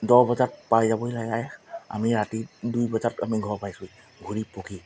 দহ বজাত পাই যাবহি লাগে আমি ৰাতি দুই বজাত আমি ঘৰ পাইছোঁহি ঘূৰি পকি